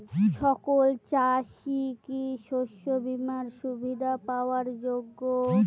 সকল চাষি কি শস্য বিমার সুবিধা পাওয়ার যোগ্য?